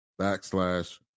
backslash